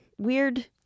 Weird